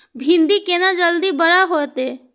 भिंडी केना जल्दी बड़ा होते?